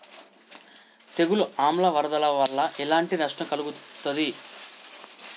తెగులు ఆమ్ల వరదల వల్ల ఎలాంటి నష్టం కలుగుతది?